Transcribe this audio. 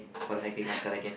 for the hectic lifestyle again